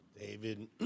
David